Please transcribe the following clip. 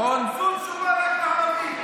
זו תשובה רק לערבי.